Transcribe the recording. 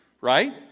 right